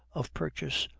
of purchase,